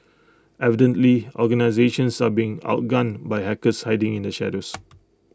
evidently organisations are being outgunned by hackers hiding in the shadows